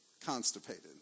constipated